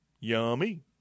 Yummy